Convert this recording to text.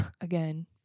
again